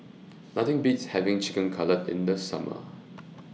Nothing Beats having Chicken Cutlet in The Summer